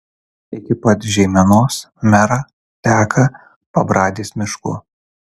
iki pat žeimenos mera teka pabradės mišku